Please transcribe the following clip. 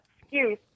excuse